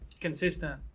consistent